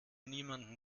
niemanden